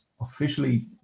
officially